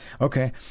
Okay